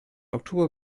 oktober